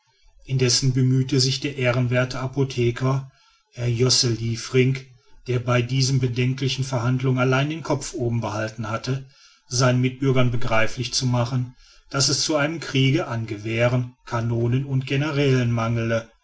indessen bemühte sich der ehrenwerthe apotheker herr josse liefrink der bei diesen bedenklichen verhandlungen allein den kopf oben behalten hatte seinen mitbürgern begreiflich zu machen daß es zu einem kriege an gewehren kanonen und generalen mangele